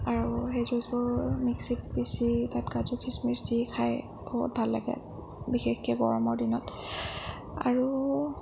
আৰু সেই জুচবোৰ মিক্সিত পিচি তাত কাজু খিচমিচ দি খাই বহুত ভাল লাগে বিশেষকৈ গৰমত দিনত আৰু